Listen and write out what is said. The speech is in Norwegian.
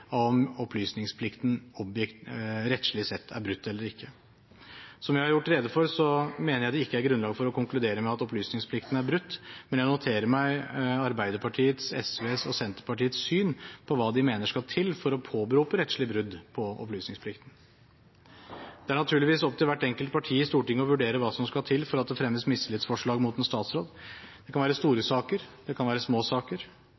om opplysningsplikten rettslig sett er brutt eller ikke. Som jeg har gjort rede for, mener jeg det ikke er grunnlag for å konkludere med at opplysningsplikten er brutt, men jeg noterer meg Arbeiderpartiets, SVs og Senterpartiets syn på hva de mener skal til for å påberope rettslig brudd på opplysningsplikten. Det er naturligvis opp til hvert enkelt parti i Stortinget å vurdere hva som skal til for at det fremmes mistillitsforslag mot en statsråd. Det kan være store saker, og det kan være små saker.